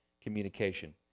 communication